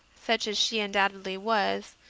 such as she undoubtedly was,